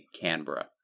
Canberra